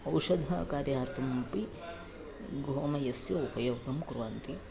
औषधकार्यार्थम् अपि गोमयस्य उपयोगं कुर्वन्ति